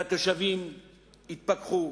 התושבים יתפכחו.